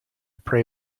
prey